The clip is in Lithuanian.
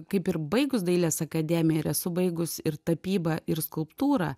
kaip ir baigus dailės akademiją ir esu baigus ir tapybą ir skulptūrą